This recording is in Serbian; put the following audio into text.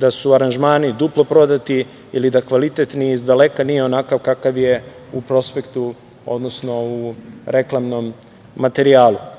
da su aranžmani duplo prodati ili da kvalitet izdaleka nije onakav kakav je u prospektu, odnosno u reklamnom materijalu. Upravo